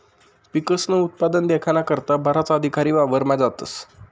पिकस्नं उत्पादन देखाना करता बराच अधिकारी वावरमा जातस